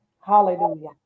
Hallelujah